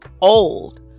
old